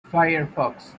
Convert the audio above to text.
firefox